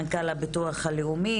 מנכ"ל הביטוח הלאומי,